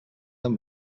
amb